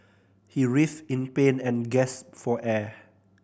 he writhed in pain and gasped for air